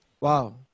Wow